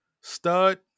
Stud